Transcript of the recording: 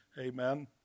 Amen